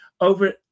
Over